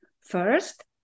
First